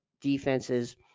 defenses